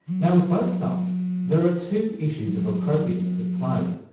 now with both sites there are two issues of appropriateness at play.